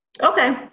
Okay